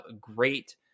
great